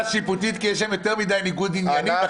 שיפוטית כי יש שם יותר מדי ניגוד עניינים.